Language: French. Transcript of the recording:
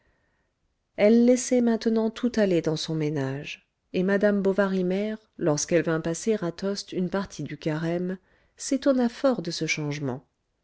elle laissait maintenant tout aller dans son ménage et madame bovary mère lorsqu'elle vint passer à tostes une partie du carême s'étonna fort de ce changement